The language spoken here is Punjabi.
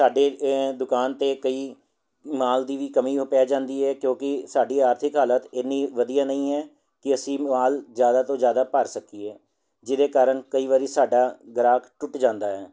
ਸਾਡੇ ਦੁਕਾਨ 'ਤੇ ਕਈ ਮਾਲ ਦੀ ਵੀ ਕਮੀ ਪੈ ਜਾਂਦੀ ਹੈ ਕਿਉਂਕਿ ਸਾਡੀ ਆਰਥਿਕ ਹਾਲਤ ਇੰਨੀ ਵਧੀਆ ਨਹੀਂ ਹੈ ਕਿ ਅਸੀਂ ਮਾਲ ਜ਼ਿਆਦਾ ਤੋਂ ਜ਼ਿਆਦਾ ਭਰ ਸਕੀਏ ਜਿਹਦੇ ਕਾਰਨ ਕਈ ਵਾਰੀ ਸਾਡਾ ਗਾਹਕ ਟੁੱਟ ਜਾਂਦਾ ਹੈ